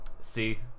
see